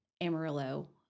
Amarillo